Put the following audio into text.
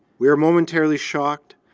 we're momentarily shocked,